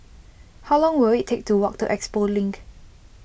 how long will it take to walk to Expo Link